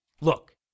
Look